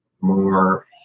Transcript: more